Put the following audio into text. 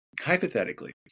Hypothetically